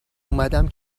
اومدم